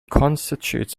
constitutes